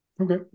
Okay